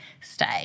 stay